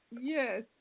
Yes